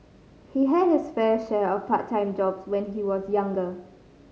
he had his fair share of part time jobs when he was younger